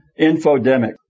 infodemic